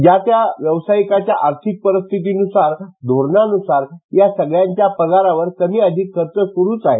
ज्या त्या व्यवसायीकाच्या आर्थिक परिस्थिती नुसार धोरणानुसार या सगळ्यांच्या पगारावर कमी अधिक खर्च सुरुच आहे